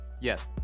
Yes